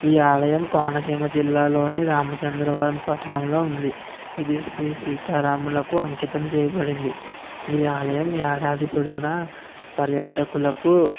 ఈ ఆలయం కోనసీమ జిల్లాలోని రామచంద్రవరం పట్టణంలో ఉంది ఇది శ్రీ సీతారాములకు అంకితం చేయబడింది ఈ ఆలయం ఏడాది పొడుగునా పర్యాటకులకు